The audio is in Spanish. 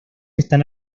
están